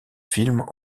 films